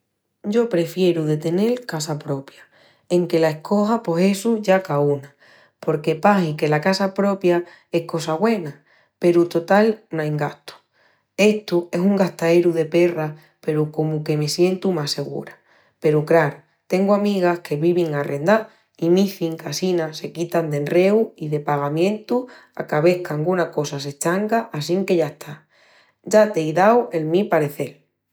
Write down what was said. Yo prefieru de tenel casa propia, enque la escoja pos essu ya caúna. Porque pahi que la casa propia es cosa güena peru total no ain gastus, estu es un gastaeru de perras peru comu que me sientu más segura. Peru, craru, tengu amigas que vivin arrendás i m'izin que assina se quitan d'enreus i de pagamientus a ca vés qu'anguna cosa s'eschanga assinque ya está. Ya t'ei dau el mi parecel.